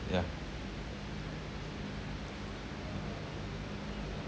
yeah